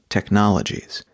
Technologies